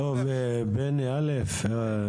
בני א',